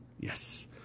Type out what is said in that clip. Yes